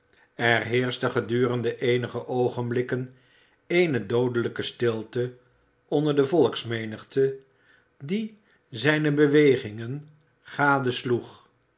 er heerschte gedurende eenige oogenblikken eene doodelijke stilte onder de volksmenigte die zijne bewegingen